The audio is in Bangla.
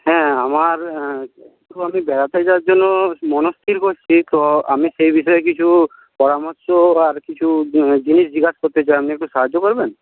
হ্যাঁ আমার একটু আমি বেড়াতে যাওয়ার জন্য মনস্থির করছি তো আমি সেই বিষয়ে কিছু পরামর্শ আর কিছু জিনিস জিজ্ঞাসা করতে চাই আপনি একটু সাহায্য করবেন